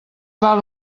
val